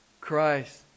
Christ